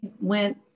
went